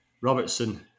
Robertson